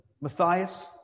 Matthias